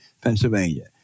Pennsylvania